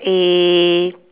a